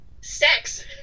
sex